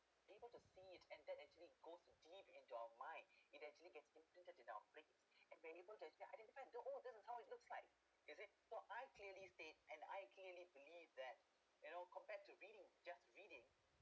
able to see it and that actually goes deep into our mind it actually gets admitted to our brain and we able to identify oh this is how it looks like you see what I clearly state and I clearly that you know compared to reading just reading